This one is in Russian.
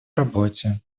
работе